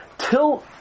Till